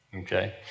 Okay